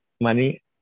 money